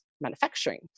manufacturing